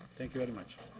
thank you very much.